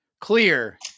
clear